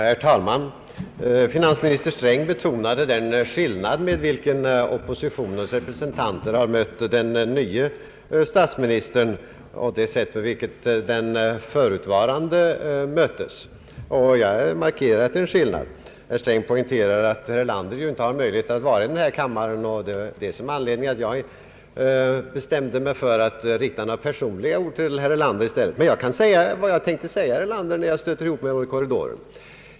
Herr talman! Finansminister Sträng betonade skillnaden mellan det sätt på vilket oppositionens representanter har mött den nye statsministern och det sätt på vilket man mötte hans företrädare. Herr Sträng poängterar att herr Erlander inte har möjlighet att delta i debatten i den här kammaren, och det är av den anledningen jag bestämde mig för att inte rikta några personliga ord till herr Erlander. Emellertid kan jag också framföra här vad jag tänkte säga till herr Erlander när jag stöter ihop med honom i korridorerna.